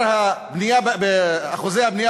בשיעור הבנייה בהתנחלויות,